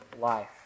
life